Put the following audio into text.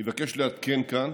אני מבקש לעדכן כאן